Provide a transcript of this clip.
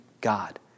God